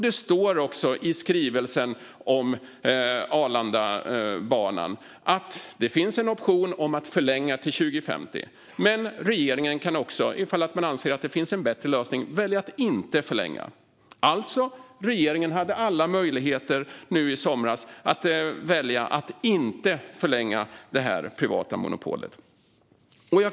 Det står också i skrivelsen om Arlandabanan att det finns en option att förlänga till 2050, men regeringen kan också, ifall man anser att det finns en bättre lösning, välja att inte förlänga. Alltså: Regeringen hade alla möjligheter i somras att välja att inte förlänga det privata monopolet.